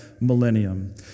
millennium